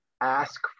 ask